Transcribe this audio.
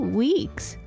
weeks